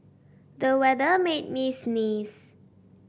the weather made me sneeze